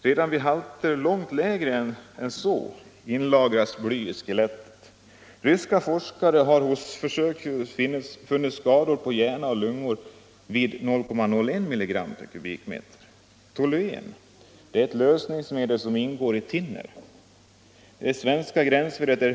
Redan vid halter långt lägre än så inlagras bly i skelettet. Ryska forskare har hos försöksdjur funnit skador på hjärna och lungor vid 0,01 mg/m”.